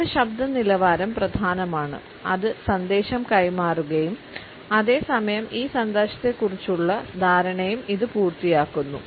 നമ്മുടെ ശബ്ദ നിലവാരം പ്രധാനമാണ് അത് സന്ദേശം കൈമാറുകയും അതേ സമയം ഈ സന്ദേശത്തെക്കുറിച്ചുള്ള ധാരണയും ഇത് പൂർത്തിയാക്കുന്നു